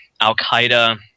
Al-Qaeda